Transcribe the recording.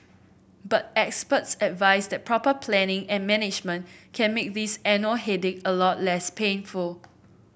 but experts advise that proper planning and management can make this annual headache a lot less painful